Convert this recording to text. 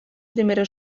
primera